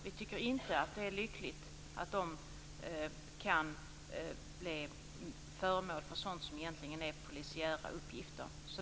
Vi tycker inte att det är lyckligt att de kan bli föremål för sådant som egentligen är polisiära uppgifter.